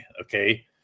Okay